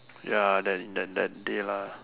ya then then that day lah